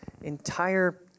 entire